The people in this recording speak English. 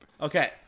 Okay